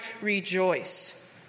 rejoice